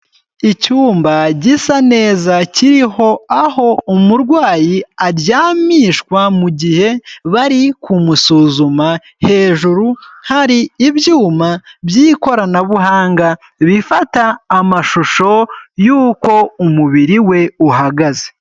Icyumba gisa neza kiriho aho umurwayi aryamishwa mu gihe bari kumusuzuma, hejuru hari ibyuma by'ikoranabuhanga bifata amashusho yuko umubiri we uhagaze.